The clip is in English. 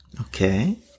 Okay